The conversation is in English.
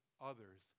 others